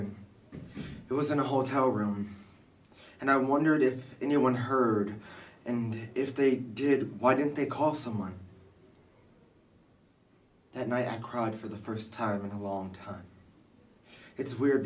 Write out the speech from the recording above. who was in a hotel room and i wondered if anyone heard and if they did why didn't they call someone and i cried for the first time in a long time it's weird